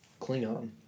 Klingon